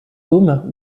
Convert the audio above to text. dôme